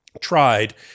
tried